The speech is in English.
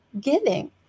giving